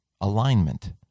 alignment